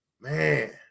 Man